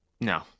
No